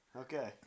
Okay